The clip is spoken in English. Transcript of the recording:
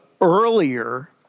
earlier